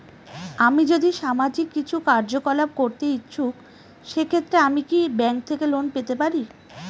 আমি যদি সামাজিক কিছু কার্যকলাপ করতে ইচ্ছুক সেক্ষেত্রে আমি কি ব্যাংক থেকে লোন পেতে পারি?